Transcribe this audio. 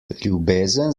ljubezen